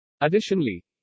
Additionally